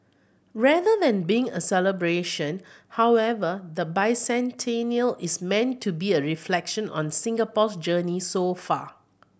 rather than being a celebration however the bicentennial is meant to be a reflection on Singapore's journey so far